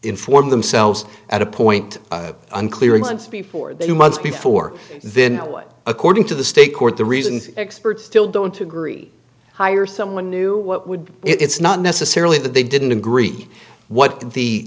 inform themselves at a point unclear and before the months before then according to the state court the reason experts still don't agree hire someone new what would it's not necessarily that they didn't agree what the